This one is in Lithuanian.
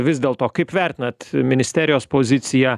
vis dėl to kaip vertinat ministerijos poziciją